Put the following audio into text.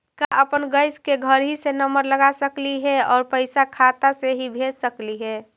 का अपन गैस के घरही से नम्बर लगा सकली हे और पैसा खाता से ही भेज सकली हे?